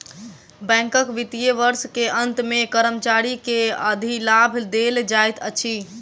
बैंकक वित्तीय वर्ष के अंत मे कर्मचारी के अधिलाभ देल जाइत अछि